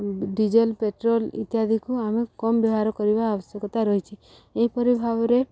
diesel petrol ଇତ୍ୟାଦିକୁ ଆମେ କମ୍ ବ୍ୟବହାର କରିବା ଆବଶ୍ୟକତା ରହିଛି ଏହିପରି ଭାବରେ